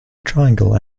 triangle